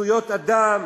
זכויות אדם,